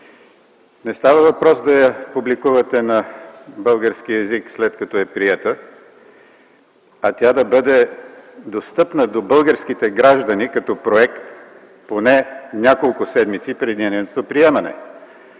Не става въпрос да я публикувате на български език, след като е приета, а тя да бъде достъпна до българските граждани като проект поне няколко седмици преди нейното приемане.